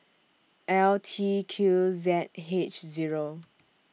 L T Q Z H Zero